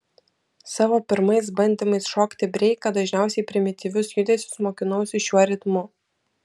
savo pirmais bandymais šokti breiką dažniausiai primityvius judesius mokinausi šiuo ritmu